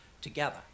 together